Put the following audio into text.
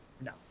No